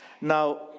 Now